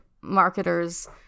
marketers